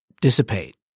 dissipate